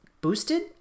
boosted